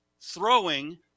throwing